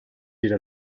bir